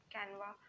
Canva